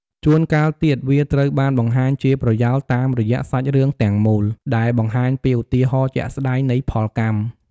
ជួនកាលទៀត វាត្រូវបានបង្ហាញជាប្រយោលតាមរយៈសាច់រឿងទាំងមូល ដែលបង្ហាញពីឧទាហរណ៍ជាក់ស្តែងនៃផលកម្ម។